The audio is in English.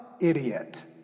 idiot